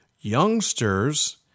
Youngsters